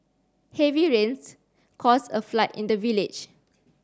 heavy rains caused a flood in the village